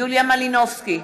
יוליה מלינובסקי,